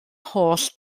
holl